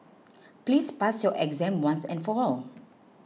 please pass your exam once and for all